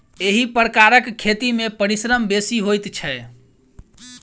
एहि प्रकारक खेती मे परिश्रम बेसी होइत छै